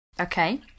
Okay